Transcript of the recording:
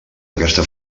aquesta